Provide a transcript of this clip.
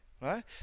right